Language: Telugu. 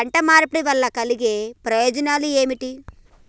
పంట మార్పిడి వల్ల కలిగే ప్రయోజనాలు ఏమిటి?